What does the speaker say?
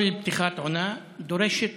כל פתיחת עונה, דורשת